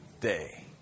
day